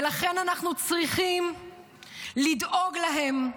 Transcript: ולכן אנחנו צריכים לדאוג להם,